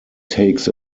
takes